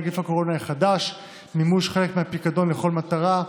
נגיף הקורונה חדש) (מימוש חלק מהפיקדון לכל מטרה),